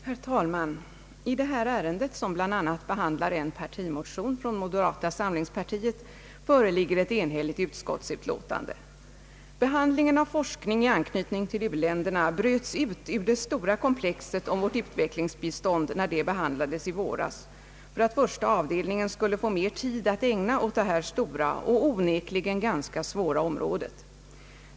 Herr talman! I detta ärende, som bl.a. gäller en partimotion från moderata samlingspartiet, föreligger ett enhälligt utskottsutlåtande. Behandlingen av forskning i anknytning till u-länderna bröts ut ur det stora komplexet om vårt utvecklingsbistånd, när det behandlades i våras, för att första avdelningen skulle få mera tid att ägna åt detta stora och onekligen svåra område.